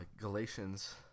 galatians